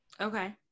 Okay